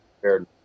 prepared